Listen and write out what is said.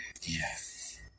Yes